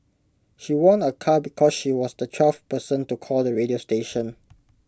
she won A car because she was the twelfth person to call the radio station